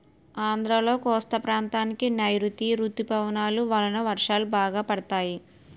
ఆంధ్రాలో కోస్తా ప్రాంతానికి నైరుతీ ఋతుపవనాలు వలన వర్షాలు బాగా పడతాయి